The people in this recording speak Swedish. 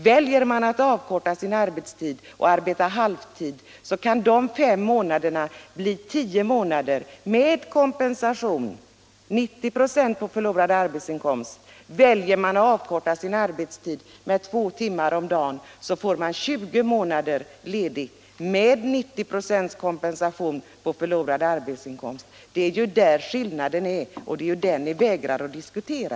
Väljer man att avkorta sin arbetstid och arbeta halvtid kan de fem månaderna bli tio månader med kompensation, 90 96 på förlorad arbetsinkomst. Väljer man att avkorta sin arbetstid med två timmar om dagen får man 20 månader ledigt med 90 26 kompensation på förlorad arbetsinkomst. Det är där skillnaden finns och det är ju den ni vägrar att diskutera.